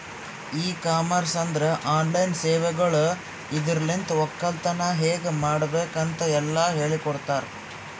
E commerce ಅಂದುರ್ online ಸೇವೆಗೊಳ್ ಇದುರಲಿಂತ್ ಒಕ್ಕಲತನ ಹೇಗ್ ಮಾಡ್ಬೇಕ್ ಅಂತ್ ಎಲ್ಲಾ ಹೇಳಕೊಡ್ತಾರ್